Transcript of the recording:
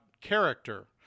character